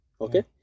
Okay